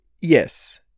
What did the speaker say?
yes